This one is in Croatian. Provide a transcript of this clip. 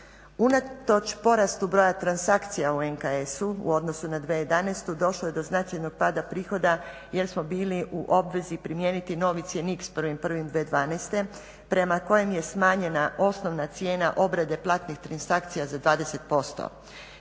Unatoč porastu broja transakcija u NKS-u u odnosu na 2011.došlo je do značajnog pada prihoda jel smo bili u obvezi primijeniti novi cjenik s 1.1.2012.prema kojem je smanjena osnovna cijena obrade platnih transakcija za 20%.